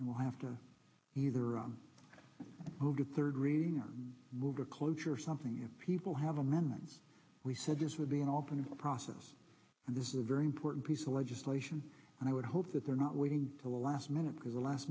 and we'll have to either on august third reading or move to cloture something if people have amendments we said this would be an open process and this is a very important piece of legislation and i would hope that they're not waiting till the last minute because the last